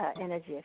energy